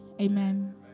Amen